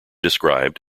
described